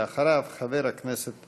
אחריו, חבר הכנסת